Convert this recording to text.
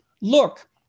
look